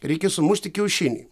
reikia sumušti kiaušinį